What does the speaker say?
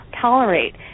tolerate